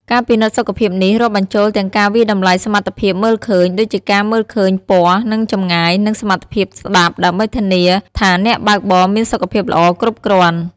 ការពិនិត្យសុខភាពនេះរាប់បញ្ចូលទាំងការវាយតម្លៃសមត្ថភាពមើលឃើញ ដូចជាការមើលឃើញពណ៌ និងចម្ងាយ និងសមត្ថភាពស្ដាប់ ដើម្បីធានាថាអ្នកបើកបរមានសុខភាពល្អគ្រប់គ្រាន់។